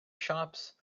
shops